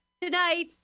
Tonight